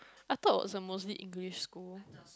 I thought it was a mostly English school